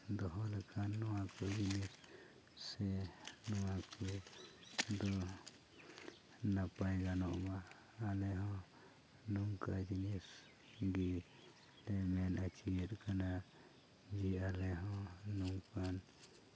ᱫᱚᱦᱚ ᱞᱮᱠᱷᱟᱱ ᱱᱚᱣᱟ ᱠᱚ ᱡᱤᱱᱤᱥ ᱥᱮ ᱱᱚᱣᱟ ᱠᱚ ᱫᱚ ᱱᱟᱯᱟᱭ ᱜᱟᱱᱚᱜᱼᱟ ᱟᱞᱮ ᱦᱚᱸ ᱱᱚᱝᱠᱟ ᱡᱤᱱᱤᱥ ᱜᱮ ᱞᱮ ᱢᱮᱱ ᱦᱚᱪᱚᱭᱮᱫ ᱠᱟᱱᱟ ᱡᱮ ᱟᱞᱮ ᱦᱚᱸ ᱱᱚᱝᱠᱟᱱ